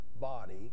body